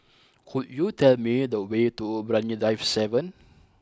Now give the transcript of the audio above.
could you tell me the way to Brani Drive seven